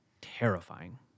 terrifying